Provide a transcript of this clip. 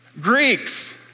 Greeks